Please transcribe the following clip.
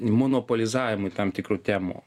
monopolizavimui tam tikrų temų